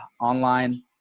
online